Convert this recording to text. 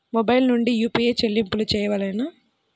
Mobile నుండే UPI చెల్లింపులు చేయవలెనా?